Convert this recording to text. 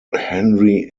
henry